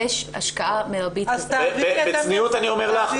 יש השקעה מירבית --- בצניעות אני אומר לך,